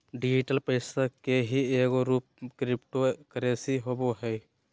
digital पैसा के ही एगो रूप क्रिप्टो करेंसी होवो हइ